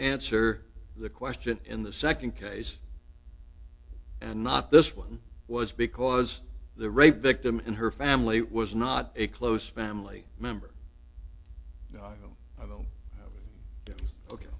answer the question in the second case and not this one was because the rape victim in her family was not a close family member